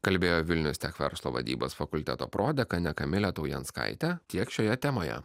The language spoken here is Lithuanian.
kalbėjo vilnius tech verslo vadybos fakulteto prodekanė kamilė taujanskaitė tiek šioje temoje